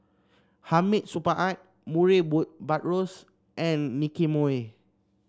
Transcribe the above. Hamid Supaat Murray Buttrose and Nicky Moey